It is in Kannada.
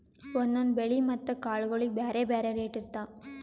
ಒಂದೊಂದ್ ಬೆಳಿ ಮತ್ತ್ ಕಾಳ್ಗೋಳಿಗ್ ಬ್ಯಾರೆ ಬ್ಯಾರೆ ರೇಟ್ ಇರ್ತವ್